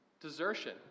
desertion